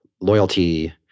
loyalty